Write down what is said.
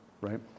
Right